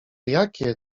jakie